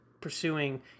pursuing